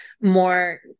more